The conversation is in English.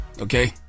Okay